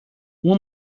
uma